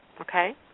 Okay